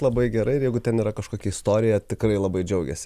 labai gerai ir jeigu ten yra kažkokia istorija tikrai labai džiaugiasi